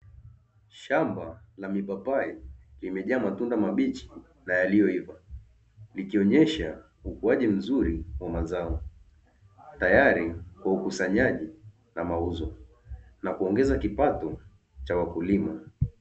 Shamba la mipapai, limejaa matunda mabichi na yaliyoiva, ikionyesha ukuaji mzuri wa mazao tayari kwa ukusanyaji, na mauzo na kuongeza kipato cha wakulima.